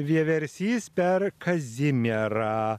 vieversys per kazimierą